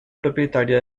propietaria